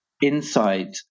inside